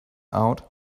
out